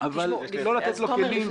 אבל לא לתת לו כלים.